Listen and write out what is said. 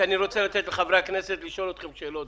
כי אני רוצה לתת לחברי הכנסת לשאול אתכם שאלות.